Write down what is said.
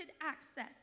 access